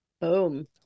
Boom